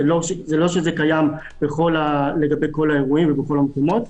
זה לא שזה קיים לגבי כל האירועים ובכל המקומות.